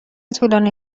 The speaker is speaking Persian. طولانی